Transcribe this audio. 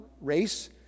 race